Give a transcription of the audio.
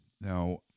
now